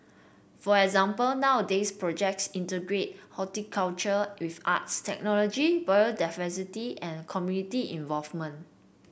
for example nowadays projects integrate horticulture with arts technology biodiversity and community involvement